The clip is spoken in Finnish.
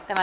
tämä